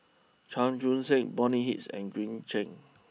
Chan Chun sing Bonny Hicks and Green Zeng